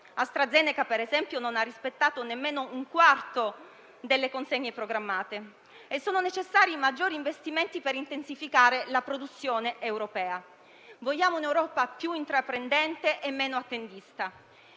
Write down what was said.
AstraZeneca, ad esempio, non ha rispettato nemmeno un quarto delle consegne programmate. Sono necessari maggiori investimenti per intensificare la produzione europea. Vogliamo un'Europa più intraprendente e meno attendista.